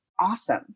awesome